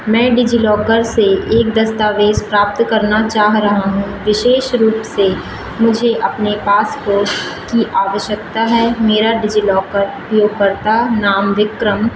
मैं डिजिलॉकर से एक दस्तावेज प्राप्त करना चाह रहा हूँ विशेष रूप से मुझे अपने पासपोर्ट की आवश्यकता है मेरा डिजिलॉकर उपयोगकर्ता नाम विक्रम